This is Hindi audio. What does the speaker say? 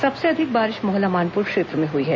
सबसे अधिक बारिश मोहला मानपुर क्षेत्र में हुई है